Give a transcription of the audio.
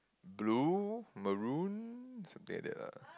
blue maroon something like that lah